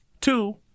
Two